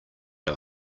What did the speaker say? our